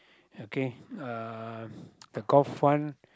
okay uh the golf one